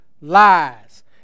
lies